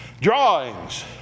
drawings